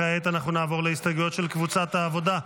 כעת אנחנו נעבור להסתייגויות של קבוצת העבודה.